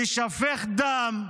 יישפך דם,